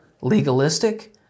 legalistic